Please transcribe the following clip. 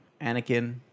Anakin